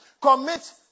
Commit